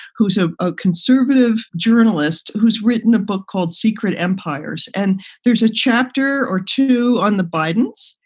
who's ah a conservative journalist who's written a book called secret empires. and there's a chapter or two on the bidens.